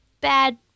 bad